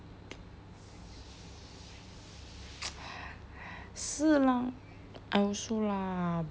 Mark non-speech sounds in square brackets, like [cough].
[noise] 是吗 I also lah